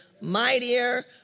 mightier